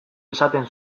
esaten